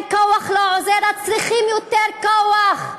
אם כוח לא עוזר, אז צריכים יותר כוח,